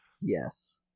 Yes